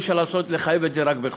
ואי-אפשר לחייב את זה רק בחוק.